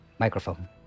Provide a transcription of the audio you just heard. Microphone